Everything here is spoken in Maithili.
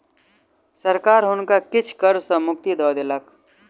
सरकार हुनका किछ कर सॅ मुक्ति दय देलक